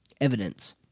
evidence